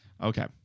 Okay